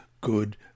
good